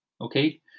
okay